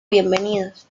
bienvenidos